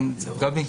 גבי,